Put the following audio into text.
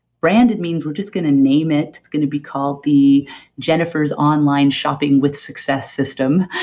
branded means we're just going to name it. it's going to be called the jennifer's online shopping with success system.